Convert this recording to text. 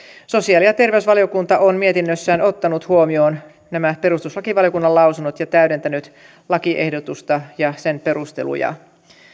sosiaali ja terveysvaliokunta on mietinnössään ottanut huomioon nämä perustuslakivaliokunnan lausunnot ja täydentänyt lakiehdotusta ja sen perusteluja